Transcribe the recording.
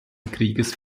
krieges